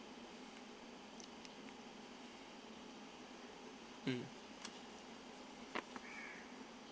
mm